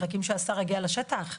מחכים שהשר יגיע לשטח?